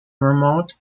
remote